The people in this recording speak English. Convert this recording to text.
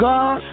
God